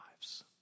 lives